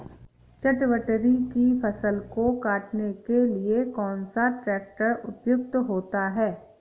चटवटरी की फसल को काटने के लिए कौन सा ट्रैक्टर उपयुक्त होता है?